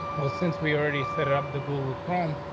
well, since we already set up the google crime,